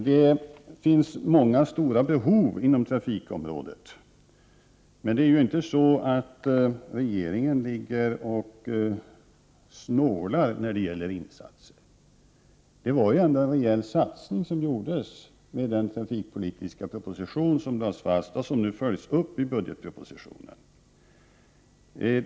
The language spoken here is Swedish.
Det finns många stora behov inom trafikområdet. Men regeringen snålar inte när det gäller insatser. Det var ju en rejäl satsning som gjordes med den trafikpolitiska proposition som antogs och som nu följs upp i budgetpropositionen.